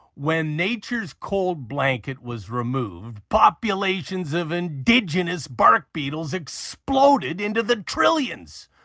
when nature's cold blanket was removed, populations of indigenous bark beetles exploded into the trillions.